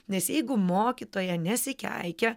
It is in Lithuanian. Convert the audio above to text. nes jeigu mokytoja nesikeikia